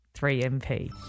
3MP